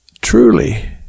truly